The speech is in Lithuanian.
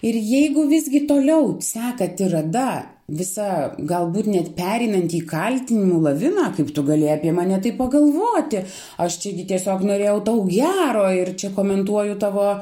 ir jeigu visgi toliau seka tirada visa galbūt net pereinanti į kaltinimų laviną kaip tu gali apie mane taip pagalvoti aš tiesiog norėjau tau gero ir čia komentuoju tavo